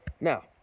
Now